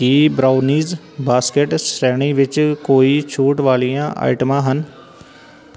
ਕੀ brownies basket ਸ਼੍ਰੇਣੀ ਵਿੱਚ ਕੋਈ ਛੂਟ ਵਾਲੀਆਂ ਆਈਟਮਾਂ ਹਨ